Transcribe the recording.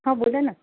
हां बोला ना